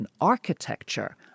architecture